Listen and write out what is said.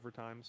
overtimes